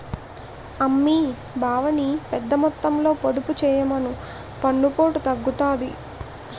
అమ్మీ బావని పెద్దమొత్తంలో పొదుపు చెయ్యమను పన్నుపోటు తగ్గుతాది